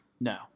No